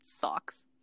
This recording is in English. socks